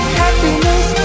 happiness